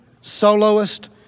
soloist